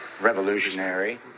Revolutionary